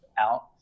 out